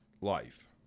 life